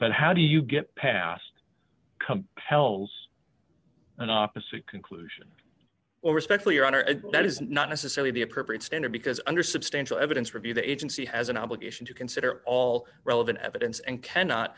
but how do you get past hell's an opposite conclusion or respect your honor and that is not necessarily the appropriate standard because under substantial evidence review the agency has an obligation to consider all relevant evidence and cannot